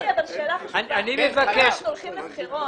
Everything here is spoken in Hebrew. גפני, אנחנו הולכים לבחירות.